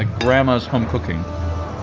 ah grandma's home cooking.